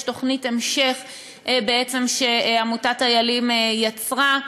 יש תוכנית המשך שעמותת "איילים" יצרה.